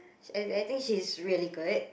and I think she is really good